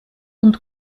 und